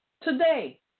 today